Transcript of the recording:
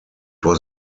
was